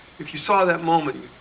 if you saw that moment,